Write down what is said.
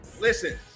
listen